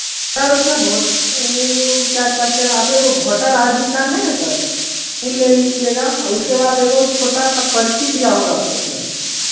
sir उसमें voter क्या कहते हैं आप एगो वोटर आई डी कार्ड है ना सर वो ले लीजिएगा उसके बाद एगो छोटा सा पर्ची दिया होगा आपको सर